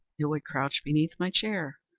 it would crouch beneath my chair,